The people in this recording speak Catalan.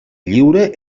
lliure